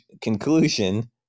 conclusion